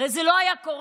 הרי זה לא היה קורה.